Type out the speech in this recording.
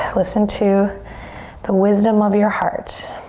listen to the wisdom of your heart,